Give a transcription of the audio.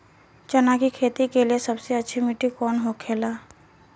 चना की खेती के लिए सबसे अच्छी मिट्टी कौन होखे ला?